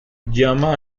llama